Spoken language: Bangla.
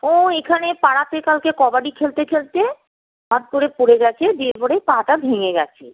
ও এখানে পাড়াতে কালকে কবাডি খেলতে খেলতে হট করে পড়ে গেছে দিয়ে পরে পাটা ভেঙে গেছে